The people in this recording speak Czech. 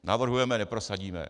Navrhujeme, neprosadíme.